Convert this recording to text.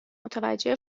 متوجه